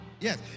Yes